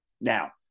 Now